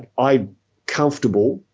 i'm comfortable,